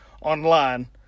online